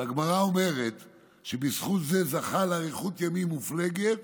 והגמרא אומרת שבזכות זה הוא זכה לאריכות ימים מופלגת